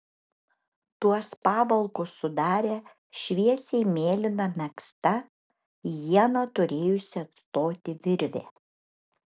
tuos pavalkus sudarė šviesiai mėlyna megzta ieną turėjusi atstoti virvė